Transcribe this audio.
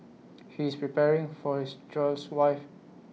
he is preparing for his child's wife